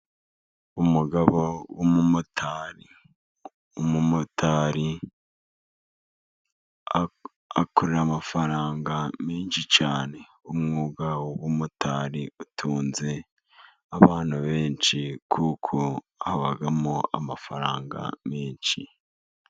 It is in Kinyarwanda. Umugabo w'umumotari, umumotari akorera amafaranga menshi cyane, umwuga w'ubumotari utunze abantu benshi kuko habamo amafaranga menshi.